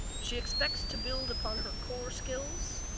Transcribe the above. she expects to build upon her core skills,